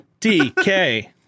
dk